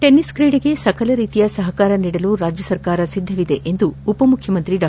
tennis ಕ್ರೀಡೆಗೆ ಸಕಲ ರೀತಿಯ ಸಹಕಾರ ನೀಡಲು ರಾಜ್ಯ ಸರ್ಕಾರ ಸಿದ್ಧವಿದೆ ಎಂದು ಉಪ ಮುಖ್ಯಮಂತ್ರಿ ಡಾ